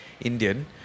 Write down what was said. Indian